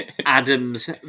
Adam's